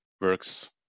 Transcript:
works